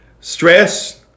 Stress